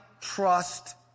trust